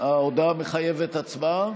ההודעה מחייבת הצבעה?